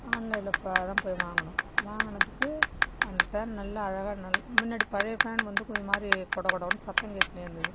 ஆன்லைனில் இப்போதான் போய் வாங்கினோம் வாங்கினதுக்கு அந்த ஃபேன் நல்ல அழகா நல் முன்னாடி பழைய ஃபேன் வந்து கொஞ்சம் மாதிரி கொட கொட கொடன்னு சத்தம் கேட்டுனே இருந்தது